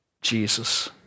Jesus